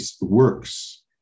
works